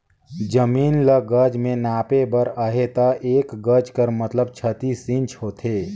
जमीन ल गज में नापे बर अहे ता एक गज कर मतलब छत्तीस इंच होथे